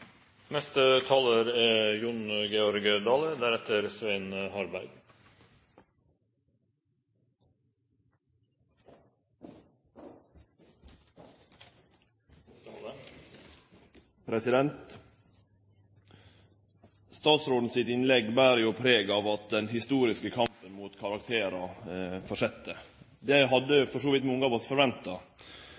Statsråden sitt innlegg ber preg av at den historiske kampen mot karakterar fortset. Det hadde for så vidt mange av oss forventa.